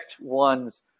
one's